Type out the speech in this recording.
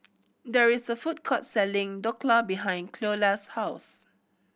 there is a food court selling Dhokla behind Cleola's house